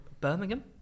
birmingham